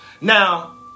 now